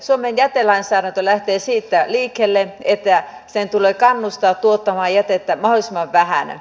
suomen jätelainsäädäntö lähtee liikkeelle siitä että sen tulee kannustaa tuottamaan jätettä mahdollisimman vähän